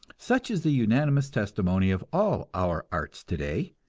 such is the unanimous testimony of all our arts today,